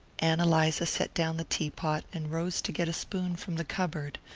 ann eliza set down the teapot and rose to get a spoon from the cupboard.